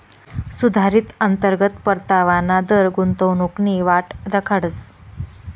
सुधारित अंतर्गत परतावाना दर गुंतवणूकनी वाट दखाडस